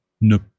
ne